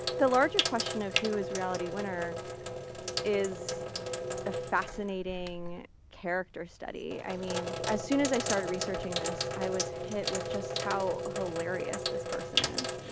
the larger question of who is reality winner is a fascinating character study. i mean, as soon as i started researching this, i was hit with just how hilarious this person is.